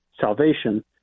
salvation